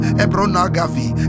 ebronagavi